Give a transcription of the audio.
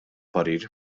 parir